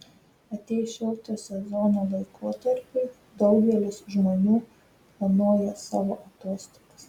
atėjus šiltojo sezono laikotarpiui daugelis žmonių planuoja savo atostogas